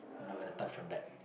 I'm not gonna touch in that